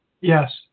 Yes